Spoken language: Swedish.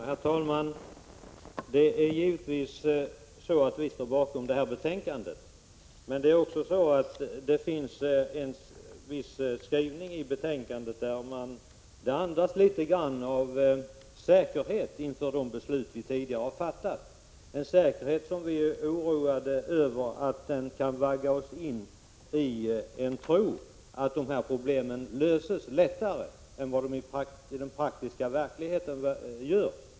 Herr talman! Vi står givetvis bakom detta betänkande. Men det finns 12 november 1986 också en viss skrivning i betänkandet där det andas litet grand av säkerhet. = JY= dog oe inför de beslut vi tidigare har fattat. Det är en säkerhet som vi är oroade över kan vagga oss in i en tro att de här problemen löses lättare än vad de i den praktiska verkligheten gör.